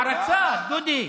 הערצה, דודי.